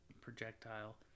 projectile